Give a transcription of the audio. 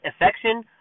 affection